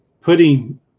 putting